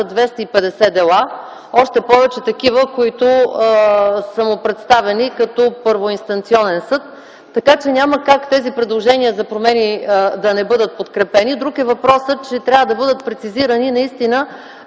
250 дела, още повече такива, които са му представени като първоинстанционен съд. Няма как тези предложения за промени да не бъдат подкрепени. Друг е въпросът, че наистина трябва да бъдат прецизирани